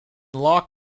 loc